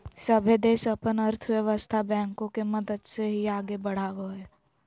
सभे देश अपन अर्थव्यवस्था बैंको के मदद से ही आगे बढ़ावो हय